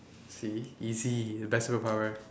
see easy best superpower